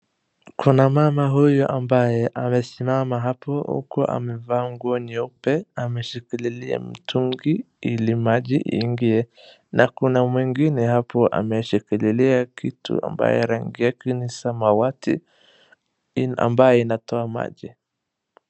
Kuna mama huyu ambayee amesimama hapo huku amevaa nguo nyeupe ameshikililia mtungi ili maji iingie na kuna mwingine hapo ameshikililia kitu ambayo rangi yake ni samawati ambaye inatoa maji.